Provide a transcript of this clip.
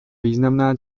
významná